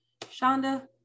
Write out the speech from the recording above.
Shonda